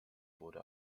wurde